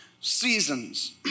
seasons